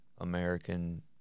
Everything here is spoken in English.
American